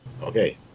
Okay